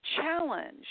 challenge